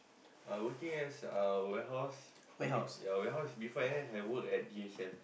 I working as uh warehouse I mean yea warehouse is before N_S I work at D_H_L